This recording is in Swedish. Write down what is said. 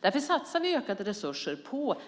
Därför satsar vi ökade resurser